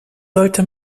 sollte